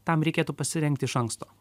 tam reikėtų pasirengti iš anksto